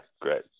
great